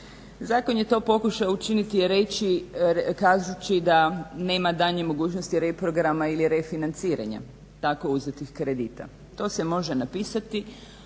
Zatim je to pokušao učiniti, reći, kažući da nema daljnje mogućnosti reprograma ili refinanciranja tako uzetih kredita. To se može napisati,